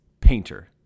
painter